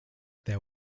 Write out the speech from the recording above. there